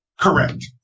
Correct